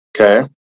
Okay